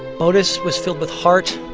botus was filled with heart.